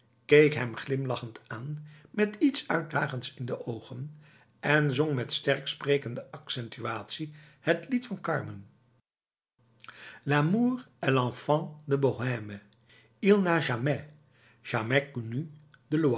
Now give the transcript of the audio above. keek hem glimlachend aan met iets uitdagends in de ogen en zong met sterk sprekende accentuatie het lied van carmen l'amour est enfant de bohème